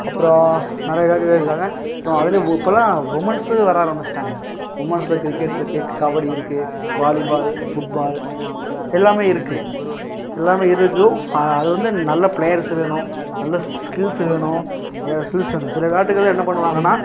அப்புறம் நிறையா விளையாட்டு வீரர் இருக்காங்க அப்புறம் அதுலேயும் உ இப்பலாம் உமன்ஸும் விளாட ஆரம்பிச்சிட்டாங்க உமன்ஸில் க்ரிக்கெட் இருக்குது க கபடி இருக்குது வாலிபால் ஃபுட்பால் எல்லாமே இருக்குது எல்லாமே இருக்கும் அதுவந்து நல்ல ப்ளேயர்ஸு வேணும் நல்ல ஸ்கில்ஸ் வேணும் ஸ்கில்ஸ் வேணும் சில விளாட்டுகளில் என்ன பண்ணுவாங்கன்னால்